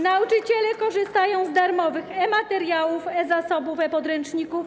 Nauczyciele korzystają z darmowych e-materiałów, e-zasobów, e-podręczników.